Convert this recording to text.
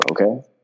okay